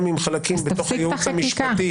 גם אם חלקים בייעוץ המשפטי